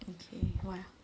okay why